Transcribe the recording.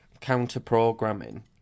counter-programming